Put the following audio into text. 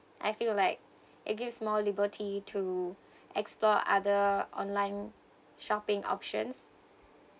I feel like it gives more liberty to explore other online shopping options